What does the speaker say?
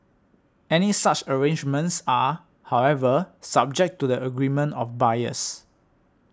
any such arrangements are however subject to the agreement of buyers